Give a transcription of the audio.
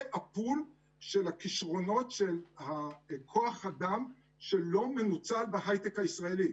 זה הפול של הכישרונות של כוח האדם שלא מנוצל בהיי-טק הישראלי.